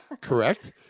Correct